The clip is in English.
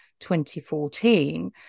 2014